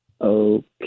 Okay